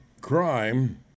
crime